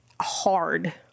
hard